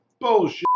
bullshit